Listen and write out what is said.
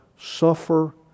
suffer